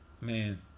man